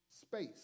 space